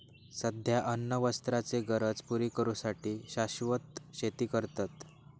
सध्या अन्न वस्त्राचे गरज पुरी करू साठी शाश्वत शेती करतत